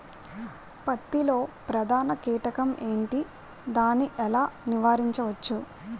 పత్తి లో ప్రధాన కీటకం ఎంటి? దాని ఎలా నీవారించచ్చు?